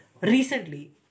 Recently